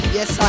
Yes